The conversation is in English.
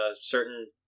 certain